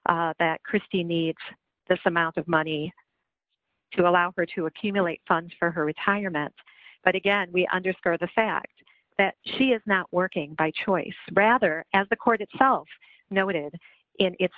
that christine needs this amount of money to allow her to accumulate funds for her retirement but again we underscore the fact that she is not working by choice rather as the court itself noted in its